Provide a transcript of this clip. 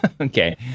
Okay